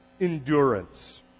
endurance